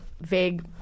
vague